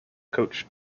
coach